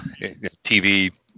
TV